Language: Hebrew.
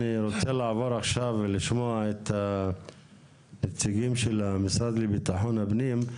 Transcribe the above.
אני רוצה לעבור עכשיו ולשמוע את הנציגים של המשרד לביטחון הפנים.